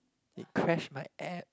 it crash my app